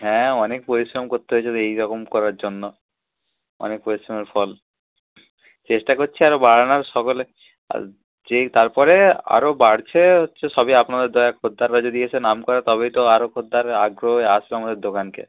হ্যাঁ অনেক পরিশ্রম করতে হয়েছে তো এই রকম করার জন্য অনেক পরিশ্রমের ফল চেষ্টা করছি আরও বাড়ানোর সকলে আর যেই তারপরে আরও বাড়ছে হচ্ছে সবই আপনাদের দয়ায় খদ্দেররা যদি এসে নাম করে তবেই তো আরও খদ্দের আগ্রহে আসবে আমাদের দোকানকে